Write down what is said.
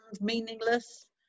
meaningless